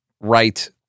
right